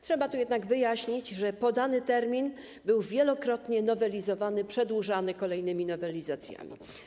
Trzeba tu jednak wyjaśnić, że podany termin był wielokrotnie nowelizowany, przedłużany kolejnymi nowelizacjami.